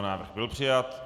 Návrh byl přijat.